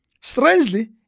Strangely